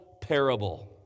parable